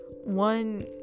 one